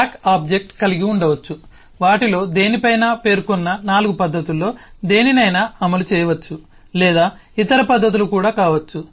stock object కలిగి ఉండవచ్చు వాటిలో దేనినైనా పైన పేర్కొన్న 4 పద్ధతుల్లో దేనినైనా అమలు చేయవచ్చు లేదా ఇతర పద్ధతులు కూడా కావచ్చు